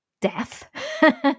death